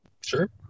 Sure